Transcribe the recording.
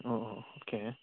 ꯑꯣ ꯑꯣ ꯑꯣ ꯑꯣꯀꯦ